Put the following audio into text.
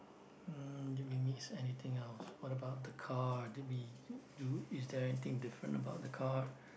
mm did we miss anything else what about the car did we do is there anything different about the car